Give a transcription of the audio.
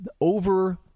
over